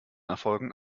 erfolgen